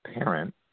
parent